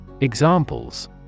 Examples